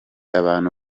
abantu